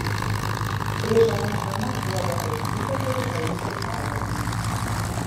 prieš atnešdama puodą elzytė turi paimti padėklą